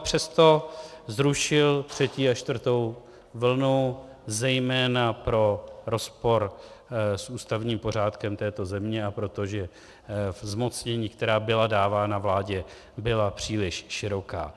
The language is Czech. Přesto zrušil třetí a čtvrtou vlnu zejména pro rozpor s ústavním pořádkem této země a proto, že zmocnění, která byla dávána vládě, byla příliš široká.